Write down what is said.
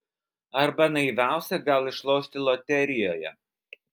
arba naiviausia gal išlošti loterijoje